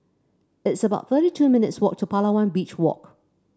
it's about thirty two minutes' walk to Palawan Beach Walk